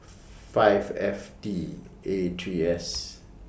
five F T A three S